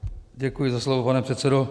Děkuji za slovo, pane předsedo.